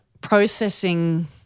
processing